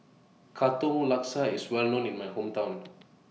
Katong Laksa IS Well known in My Hometown